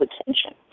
attention